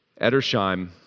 Edersheim